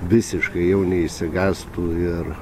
visiškai jau neišsigąstų ir